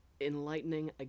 enlightening